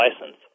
license